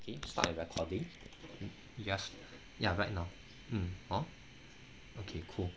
okay start with the calling mm you ask ya right now mm hor okay cool